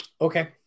Okay